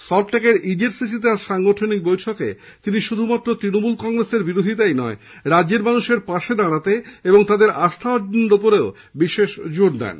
সল্টলেকের ইজেডসিসিতে আজ সাংগঠনিক বৈঠকে তিনি শুধুমাত্র তৃণমূল কংগ্রেসের বিরোধিতা নয় রাজ্যের মানুষের পাশে দাঁড়াতে এবং তাদের আস্থা অর্জনের উপরেও বিশেষ জোর দিয়েছেন